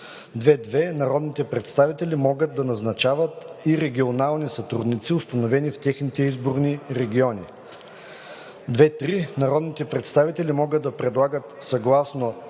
2.2. Народните представители могат да назначават и „регионални“ сътрудници, установени в техните изборни региони. 2.3. Народните представители могат да предлагат, съгласно